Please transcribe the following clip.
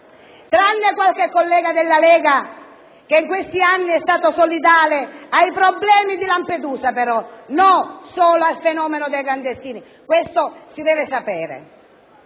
tranne qualche collega della Lega che in questi anni è stato solidale con i problemi di Lampedusa e non solo riguardo al fenomeno dei clandestini, lo si deve sapere.